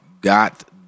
got